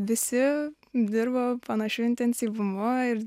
visi dirba panašiu intensyvumu ir